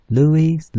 Louis